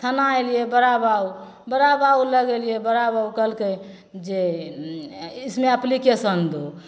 थाना अएलिए बड़ा बाबू बड़ा बाबू लग अएलिए बड़ा बाबू कहलकै जे उँ इसमें एप्लिकेशन दो